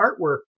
artwork